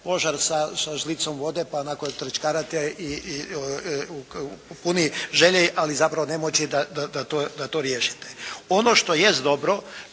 požar sa žlicom vode, pa onako trčkarate i puni želje, ali zapravo nemoći da to riješite. Ono što jest dobro